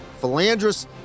Philandris